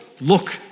look